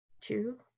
two